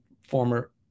former